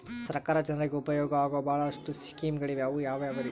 ಸರ್ಕಾರ ಜನರಿಗೆ ಉಪಯೋಗವಾಗೋ ಬಹಳಷ್ಟು ಸ್ಕೇಮುಗಳಿವೆ ಅವು ಯಾವ್ಯಾವ್ರಿ?